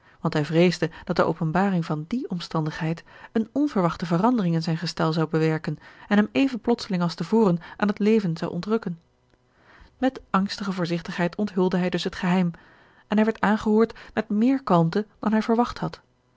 want hij vreesde dat de openbaring van die omstandigheid eene onverwachte verandering in zijn gestel zou bewerken en hem even plotseling als te voren aan het leven zou ontrukken met angstige voorzichtigheid onthulde hij dus het geheim en hij werd aangehoord met meer kalmte dan hij verwacht had